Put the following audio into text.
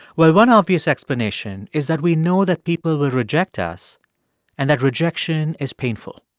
well, one obvious explanation is that we know that people will reject us and that rejection is painful.